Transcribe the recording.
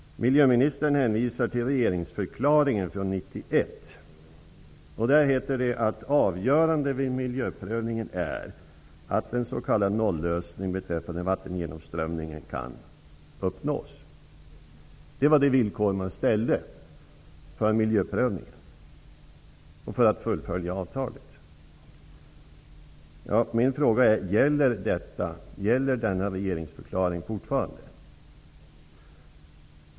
Miljöministern hänvisade i svaret till regeringsförklaringen från 1991. Där heter det: Avgörande vid miljöprövningen är att en s.k. nollösning beträffande vattengenomströmningen kan uppnås. Det var det villkor man ställde för miljöprövningen och för att fullfölja avtalet. Min fråga är: Gäller denna regeringsförklaring fortfarande?